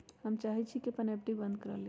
हम चाहई छी कि अपन एफ.डी बंद करा लिउ